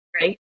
right